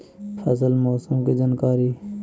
फसल मौसम के जानकारी?